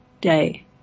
day